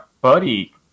buddy